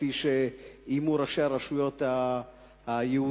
כפי שאיימו ראשי הרשויות היהודים.